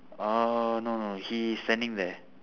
uh no no he standing there